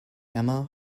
emma